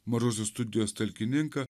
mažosios studijos talkininką